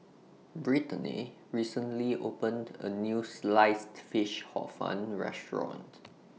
Britany recently opened A New Sliced Fish Hor Fun Restaurant